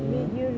mm